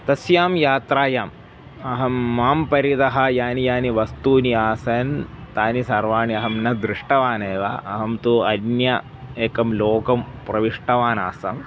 तस्यां यात्रायाम् अहं मां परितः यानि यानि वस्तूनि आसन् तानि सर्वाणि अहं न दृष्टवान् एव अहं तु अन्य एकं लोकं प्रविष्टवान् आसम्